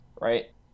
right